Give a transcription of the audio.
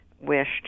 wished